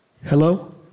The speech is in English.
Hello